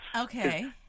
okay